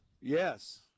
yes